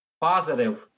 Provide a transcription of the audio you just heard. positive